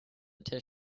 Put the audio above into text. tissue